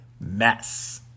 mess